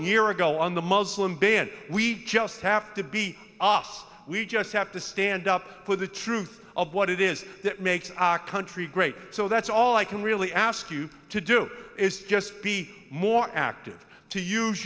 year ago on the muslim bin we just have to be us we just have to stand up for the truth of what it is that makes our country great so that's all i can really ask you to do is just be more active to use